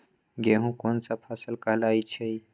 गेहूँ कोन सा फसल कहलाई छई?